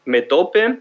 Metope